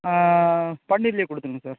ஆ பன்னீர்லே கொடுத்துருங்க சார்